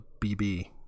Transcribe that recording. BB